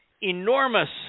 enormous